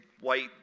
white